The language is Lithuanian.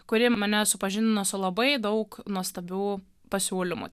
kuri mane supažindino su labai daug nuostabių pasiūlymų